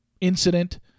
incident